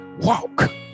Walk